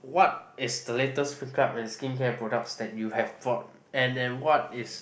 what is the latest make up and skin care products that you have bought and then what is